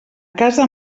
casa